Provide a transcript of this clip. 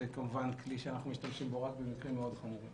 זה כמובן כלי שאנחנו משתמשים בו רק במקרים חמורים מאוד.